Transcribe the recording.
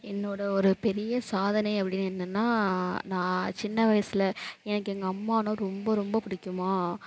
என்னோட ஒரு பெரிய சாதனை அப்படின்னு என்னென்னா நான் சின்ன வயசில் எனக்கு எங்கள் அம்மானா ரொம்ப ரொம்ப புடிக்கும்